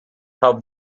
haben